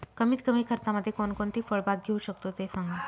कमीत कमी खर्चामध्ये कोणकोणती फळबाग घेऊ शकतो ते सांगा